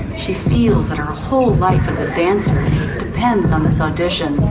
she feels that her whole life as a dancer depends on this audition.